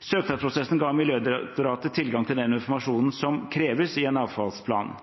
Søknadsprosessen ga Miljødirektoratet tilgang til den informasjonen som